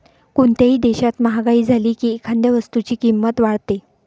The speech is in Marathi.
कोणत्याही देशात महागाई झाली की एखाद्या वस्तूची किंमत वाढते